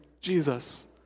Jesus